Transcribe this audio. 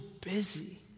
busy